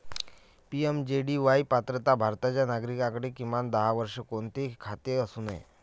PMJDY पात्रता भारताच्या नागरिकाकडे, किमान दहा वर्षे, कोणतेही खाते असू नये